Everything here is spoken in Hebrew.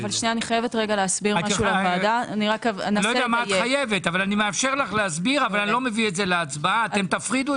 את יכולה להסביר אבל לא אביא זאת להצבעה.